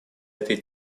этой